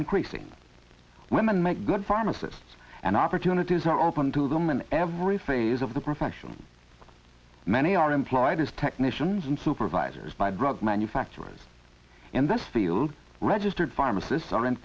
increasing women make good pharmacists and opportunities are open to them in every phase of the profession many are employed as technicians and supervisors by drug manufacturers in this field registered pharmacists are in